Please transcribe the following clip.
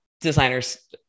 designers